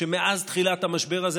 שמאז תחילת המשבר הזה,